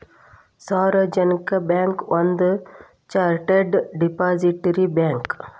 ಸಾರ್ವಜನಿಕ ಬ್ಯಾಂಕ್ ಒಂದ chartered depository bank